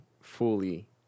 fully